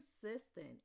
consistent